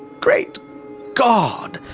great god!